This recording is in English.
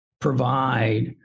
provide